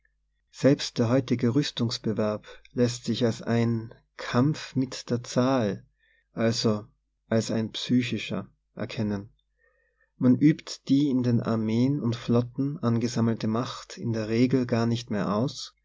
selbst der heutige rüstungsbewerb läßt sich als ein kampf mit der zahl also als ein psychischer erkennen man übt die in den armeen und flotten an gesammelte macht in der regel gar nicht mehr aus